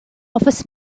offers